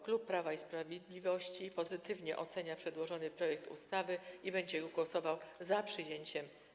Klub Prawo i Sprawiedliwość pozytywnie ocenia przedłożony projekt ustawy i będzie głosował za jego przyjęciem.